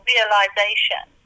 realization